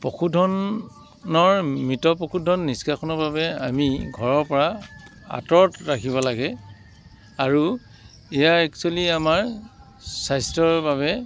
পশুধনৰ মৃত পশুধন নিষ্কাশনৰ বাবে আমি ঘৰৰপৰা আঁতৰত ৰাখিব লাগে আৰু এয়া এক্সুৱেলি আমাৰ স্বাস্থ্যৰ বাবে